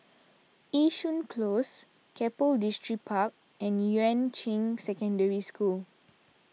Yishun Close Keppel Distripark and Yuan Ching Secondary School